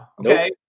Okay